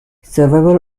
survival